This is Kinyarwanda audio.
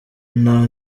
nta